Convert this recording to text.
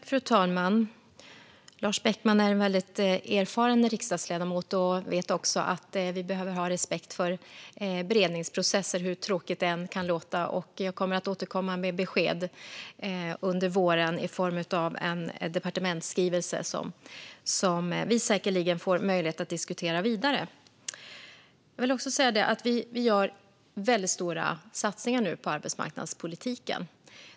Fru talman! Lars Beckman är en väldigt erfaren riksdagsledamot. Han vet också att vi behöver ha respekt för beredningsprocesser, hur tråkigt det än kan låta. Jag kommer att återkomma med besked under våren i form av en departementsskrivelse som vi säkerligen får möjlighet att diskutera vidare. Vi gör nu väldigt stora satsningar på arbetsmarknadspolitiken.